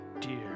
dear